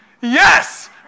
yes